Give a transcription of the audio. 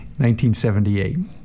1978